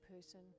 person